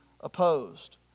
opposed